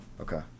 Okay